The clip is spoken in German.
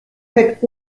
fett